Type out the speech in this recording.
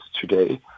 today